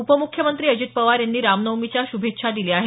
उपमुख्यमंत्री अजित पवार यांनी रामनवमीच्या शुभेच्छा दिल्या आहेत